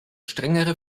strengere